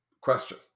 question